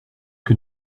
que